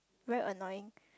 very annoying